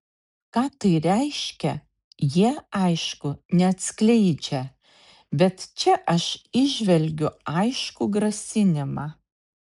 ką tai reiškia jie aišku neatskleidžia bet čia aš įžvelgiu aiškų grasinimą